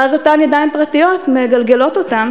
ואז אותן ידיים פרטיות מגלגלות אותם